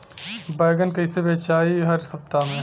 बैगन कईसे बेचाई हर हफ्ता में?